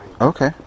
Okay